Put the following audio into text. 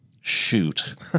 shoot